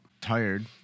tired